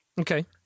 Okay